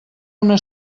una